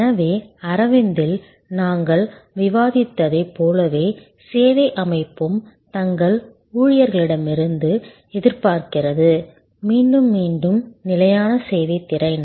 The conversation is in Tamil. எனவே அரவிந்தில் நாங்கள் விவாதித்ததைப் போலவே சேவை அமைப்பும் தங்கள் ஊழியர்களிடமிருந்து எதிர்பார்க்கிறது மீண்டும் மீண்டும் நிலையான சேவை திறன்